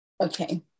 Okay